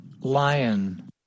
Lion